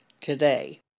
today